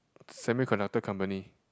semi conductor company